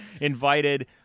invited